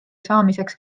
saamiseks